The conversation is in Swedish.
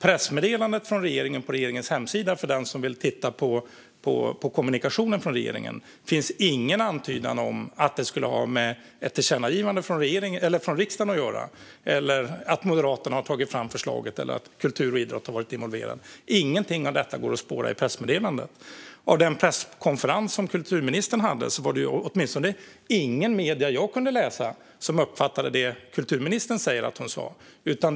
I regeringens pressmeddelande, som finns på regeringens hemsida, finns ingen antydan om att det skulle ha med ett tillkännagivande från riksdagen att göra, att Moderaterna har tagit fram förslaget eller att kulturen och idrotten har varit involverad. Inget av detta går att spåra i pressmeddelandet. På den presskonferens kulturministern hade var det inga medier såvitt jag kunde se som uppfattade det kulturministern säger att hon sa.